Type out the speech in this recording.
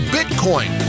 Bitcoin